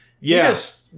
Yes